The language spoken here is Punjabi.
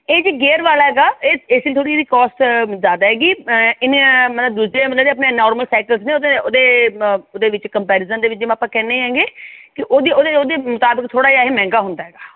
ਇਹ ਜੀ ਗੇਅਰ ਵਾਲਾ ਹੈਗਾ ਇਹ ਇਸ ਲਈ ਥੋੜ੍ਹੀ ਜਿਹੀ ਇਹਦੀ ਕੋਸਟ ਜ਼ਿਆਦਾ ਹੈਗੀ ਇਹਨੇ ਮਤਲਬ ਦੂਜੇ ਮਤਲਬ ਇਹਦੇ ਆਪਣੇ ਨੋਰਮਲ ਸਾਈਕਲਸ ਨੇ ਉਹਦੇ ਉਹਦੇ ਵਿੱਚ ਕੰਪੈਰੀਜ਼ਨ ਦੇ ਵਿੱਚ ਜਿਵੇਂ ਆਪਾਂ ਕਹਿੰਦੇ ਹੈਗੇ ਕਿ ਉਹਦੇ ਉਹਦੇ ਉਹਦੇ ਮੁਤਾਬਿਕ ਥੋੜ੍ਹਾ ਜਿਹਾ ਇਹ ਮਹਿੰਗਾ ਹੁੰਦਾ ਹੈਗਾ